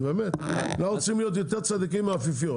אנחנו רוצים להיות יותר צדיקים מהאפיפיור,